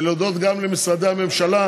ולהודות גם למשרדי הממשלה,